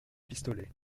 pistolet